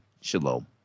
shalom